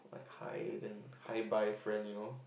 hi then hi bye friend you know